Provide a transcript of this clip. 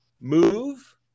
move